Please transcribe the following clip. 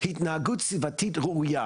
התנהגות סביבתית ראויה.